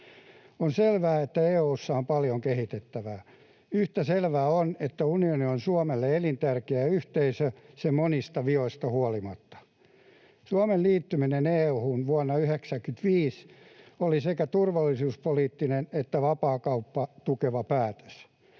On selvää, että EU:ssa on paljon kehitettävää. Yhtä selvää on, että unioni on Suomelle elintärkeä yhteisö sen monista vioista huolimatta. Suomen liittyminen EU:hun vuonna 95 oli sekä turvallisuuspoliittinen että vapaakauppaa tukeva päätös.